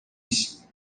bmx